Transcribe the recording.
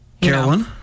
Carolyn